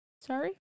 Sorry